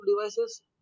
devices